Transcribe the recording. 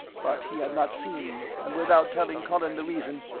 but he had not seen me, and without telling colin the reason,